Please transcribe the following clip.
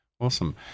awesome